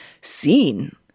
seen